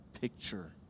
picture